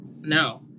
no